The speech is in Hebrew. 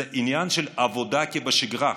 זה עניין של עבודה בשגרה.